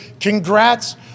Congrats